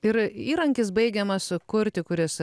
ir įrankis baigiamas sukurti kuris